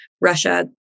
Russia